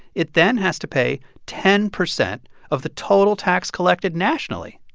it then has to pay ten percent of the total tax collected nationally.